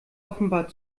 offenbar